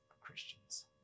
Christians